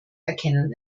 erkennen